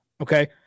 okay